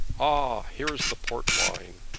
ah, here is the port wine.